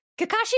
Kakashi